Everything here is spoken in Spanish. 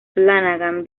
flanagan